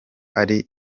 atari